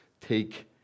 take